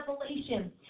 revelation